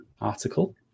article